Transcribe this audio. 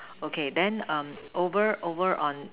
okay then um over over on